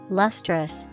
lustrous